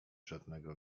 żadnego